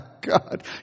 God